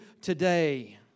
today